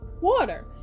water